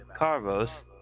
Carvos